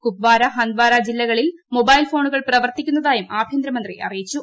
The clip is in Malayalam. കുപ്പ്വാര ഹന്ദ്വാര ജില്ലകളിൽ ് ഖ്മാബൈൽ ഫോണുകൾ പ്രവർത്തിക്കുന്നതായും ആഭ്യന്തർമന്ത്രി അറിയിച്ചു